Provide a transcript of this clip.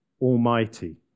Almighty